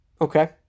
Okay